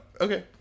okay